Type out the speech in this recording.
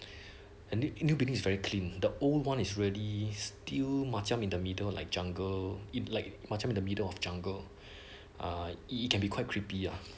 and the new building is very clean the old one is ready still macam in the middle like jungle in like macam in the middle of jungle uh it can be quite creepy ah